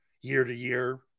year-to-year